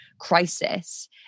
crisis